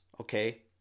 okay